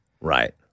right